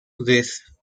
press